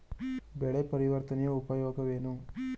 ಬೆಳೆ ಪರಿವರ್ತನೆಯ ಉಪಯೋಗವೇನು?